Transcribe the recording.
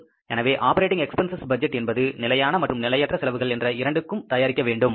எனவே operating expenses budget என்பது நிலையான மற்றும் நிலையற்ற செலவுகள் என்ற இரண்டுக்கும் தயாரிக்க வேண்டும்